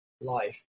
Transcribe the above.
life